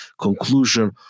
conclusion